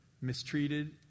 mistreated